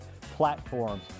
platforms